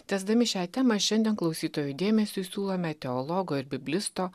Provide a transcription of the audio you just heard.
tęsdami šią temą šiandien klausytojų dėmesiui siūlome teologo ir biblisto